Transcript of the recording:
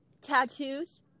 tattoos